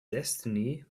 destiny